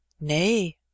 Nay